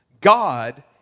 God